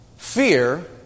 Fear